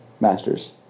Masters